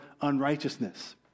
unrighteousness